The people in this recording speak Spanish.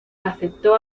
aceptó